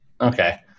Okay